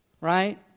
right